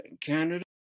Canada